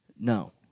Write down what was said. No